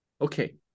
Okay